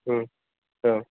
औ